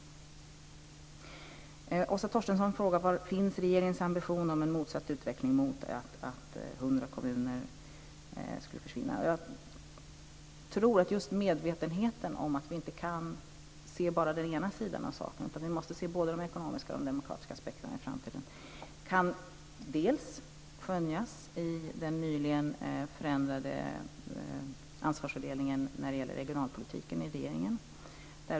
Åsa Torstensson frågar var regeringens ambition finns om en motsatt utveckling mot att 100 kommuner försvinner. Jag tror att just medvetenheten om att vi inte kan se bara den ena sidan av saken utan att vi måste se både de ekonomiska och de demokratiska aspekterna i framtiden kan skönjas i den nyligen förändrade ansvarsfördelningen i regeringen när det gäller regionalpolitiken.